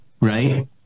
right